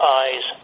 eyes